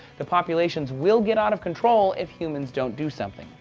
the populations will get out of control if humans don't do something.